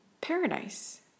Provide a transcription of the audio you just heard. Paradise